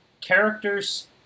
characters